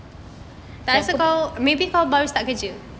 aku